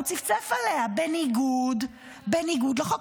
הוא צפצף עליה, בניגוד לחוק.